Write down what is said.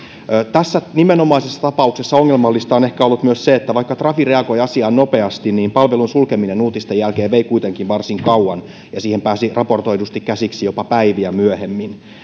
tässä nimenomaisessa tapauksessa ongelmallista on ehkä ollut myös se että vaikka trafi reagoi asiaan nopeasti niin palvelun sulkeminen uutisten jälkeen vei kuitenkin varsin kauan ja siihen päästiin raportoidusti käsiksi jopa päiviä myöhemmin